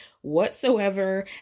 whatsoever